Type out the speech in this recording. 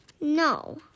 No